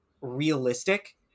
realistic